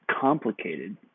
complicated